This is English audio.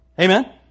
Amen